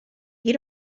you